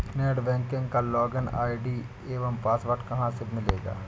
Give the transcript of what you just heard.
Net banking का login ID एवं password कहाँ से मिलेगा?